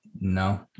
No